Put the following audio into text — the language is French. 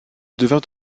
devint